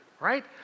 right